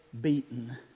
beaten